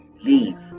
leave